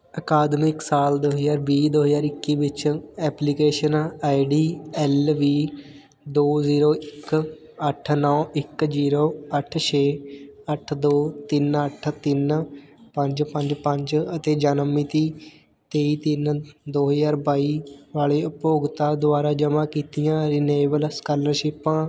ਅਕਾਦਮਿਕ ਸਾਲ ਦੋ ਹਜ਼ਾਰ ਵੀਹ ਦੋ ਹਜ਼ਾਰ ਇੱਕੀ ਵਿੱਚ application ID L V ਦੋ ਜ਼ੀਰੋ ਇੱਕ ਅੱਠ ਨੌਂ ਇੱਕ ਜੀਰੋ ਅੱਠ ਛੇ ਅੱਠ ਦੋ ਤਿੰਨ ਅੱਠ ਤਿੰਨ ਪੰਜ ਪੰਜ ਪੰਜ ਅਤੇ ਜਨਮ ਮਿਤੀ ਤੇਈ ਤਿੰਨ ਦੋ ਹਜ਼ਾਰ ਬਾਈ ਵਾਲੇ ਉਪਭੋਗਤਾ ਦੁਆਰਾ ਜਮ੍ਹਾਂ ਕੀਤੀਆਂ ਰਿਨਿਵਲ ਸਕਾਲਰਸ਼ਿਪਾਂ